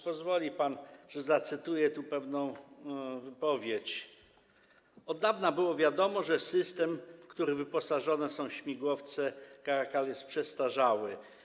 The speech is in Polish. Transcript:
Pozwoli pan, że zacytuję tu pewną wypowiedź: Od dawna było wiadomo, że system, w który wyposażone są śmigłowce Caracal, jest przestarzały.